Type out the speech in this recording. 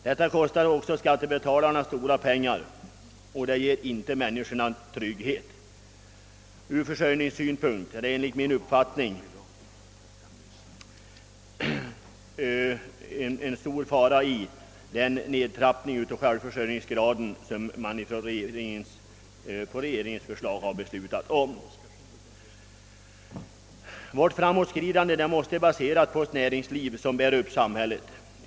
Detta kostar skattebetalarna stora pengar och ger ingen trygghet åt människorna. Ur försörjningssynpunkt innebär den nedtrappning av självförsörjningsgraden, som riksdagen på regeringens förslag har beslutat, en stor fara. Vårt framåtskridande måste baseras på ett näringsliv som bär upp samhället.